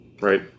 right